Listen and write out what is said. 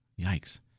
Yikes